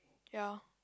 ya